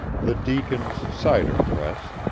the deacon's cider press,